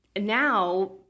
Now